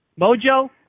Mojo